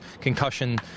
concussion